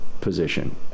position